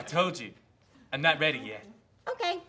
i told you i'm not ready yet ok